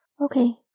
Okay